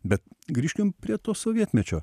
bet grįžkim prie to sovietmečio